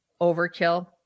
overkill